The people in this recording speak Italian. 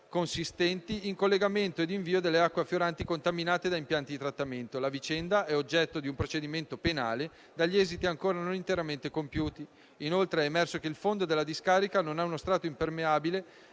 consistenti in collettamento e invio delle acque affioranti contaminate ad impianti di trattamento. La vicenda è oggetto di un procedimento penale dagli esiti ancora non interamente compiuti. Inoltre, è emerso che il fondo della discarica non ha uno strato impermeabile